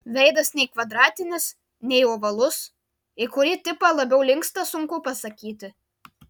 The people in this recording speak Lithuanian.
veidas nei kvadratinis nei ovalus į kurį tipą labiau linksta sunku pasakyti